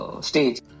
stage